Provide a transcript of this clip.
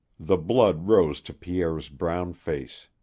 the blood rose to pierre's brown face.